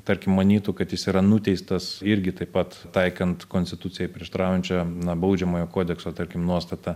tarkim manytų kad jis yra nuteistas irgi taip pat taikant konstitucijai prieštaraujančią na baudžiamojo kodekso tarkim nuostatą